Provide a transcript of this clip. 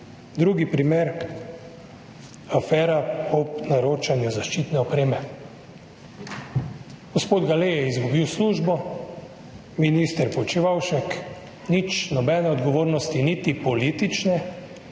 Drugi primer je afera ob naročanju zaščitne opreme. Gospod Gale je izgubil službo, minister Počivalšek nič, nobene odgovornosti, niti politične,